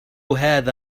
هذا